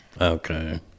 okay